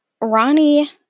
Ronnie